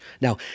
Now